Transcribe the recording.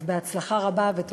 אז הצלחה רבה, ותודה.